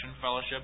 fellowship